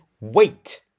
wait